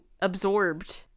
absorbed